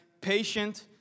patient